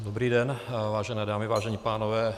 Dobrý den, vážené dámy, vážení pánové.